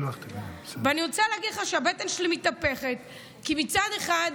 ואני רוצה להגיד לך שהבטן שלי מתהפכת כי מצד אחד,